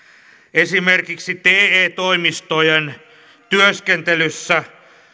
esimerkiksi te toimistojen työskentelyssä